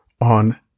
on